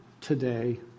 today